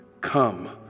come